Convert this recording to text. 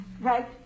Right